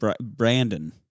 Brandon